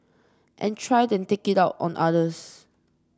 and try and take it out on others